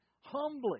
humbly